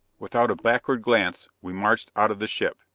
without a backward glance, we marched out of the ship,